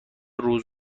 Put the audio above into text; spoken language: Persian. روز